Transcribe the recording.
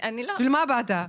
בשביל מה באת?